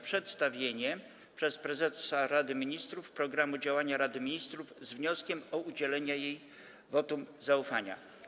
Przedstawienie przez prezesa Rady Ministrów programu działania Rady Ministrów z wnioskiem o udzielenie jej wotum zaufania.